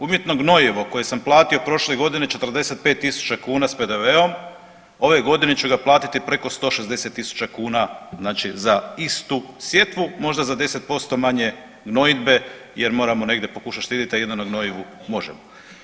Umjetno gnojivo koje sam platio prošle godine 45000 kuna sa PDV-om, ove godine ću ga platiti preko 160 000 kuna znači za istu sjetvu, možda za 10% manje gnojidbe jer moramo negdje pokušati štediti, a jedino na gnojivu možemo.